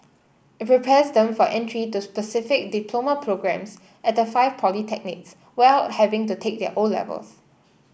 it prepares them for entry the specific diploma programmes at the five polytechnics while having to take their O levels